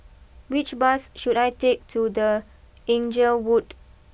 which bus should I take to the Inglewood